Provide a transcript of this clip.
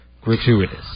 gratuitous